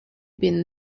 been